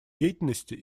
деятельности